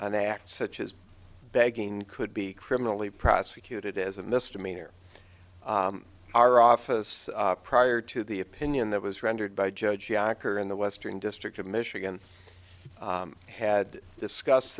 an act such as begging could be criminally prosecuted as a misdemeanor our office prior to the opinion that was rendered by judge jacker in the western district of michigan had discuss